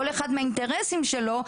כל אחד מהאינטרסים שלו,